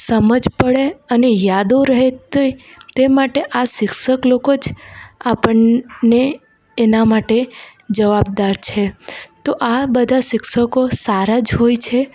સમજ પડે અને યાદો રહે તે તે માટે આ શિક્ષક લોકો જ આપણને એના માટે જવાબદાર છે તો આ બધા શિક્ષકો સારા જ હોય છે